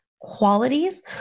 qualities